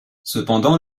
cependant